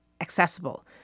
accessible